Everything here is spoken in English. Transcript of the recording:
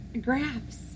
Graphs